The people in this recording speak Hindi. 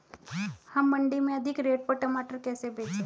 हम मंडी में अधिक रेट पर टमाटर कैसे बेचें?